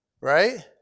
right